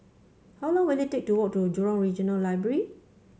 how long will it take to walk to Jurong Regional Library